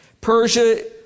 Persia